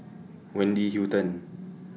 Wendy Hutton